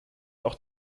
auch